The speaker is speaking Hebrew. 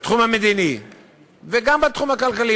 בתחום המדיני וגם בתחום הכלכלי,